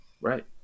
Right